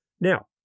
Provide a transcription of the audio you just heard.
Now